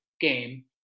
game